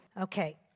Okay